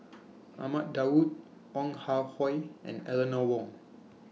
Ahmad Daud Ong Ah Hoi and Eleanor Wong